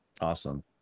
Awesome